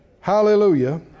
hallelujah